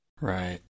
Right